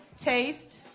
taste